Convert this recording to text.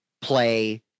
Play